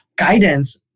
guidance